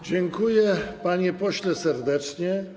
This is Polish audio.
Dziękuję, panie pośle, serdecznie.